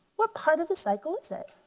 what part of the cycle is